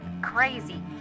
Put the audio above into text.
Crazy